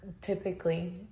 typically